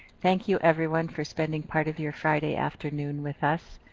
thank you, everyone, for spending part of your friday afternoon with us.